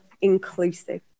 inclusive